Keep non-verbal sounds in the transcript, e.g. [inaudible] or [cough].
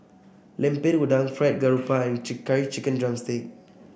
Lemper Udang Fried Garoupa and [unintelligible] Chicken drumstick